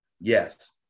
Yes